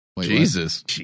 Jesus